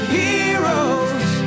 heroes